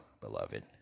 beloved